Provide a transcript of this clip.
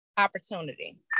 opportunity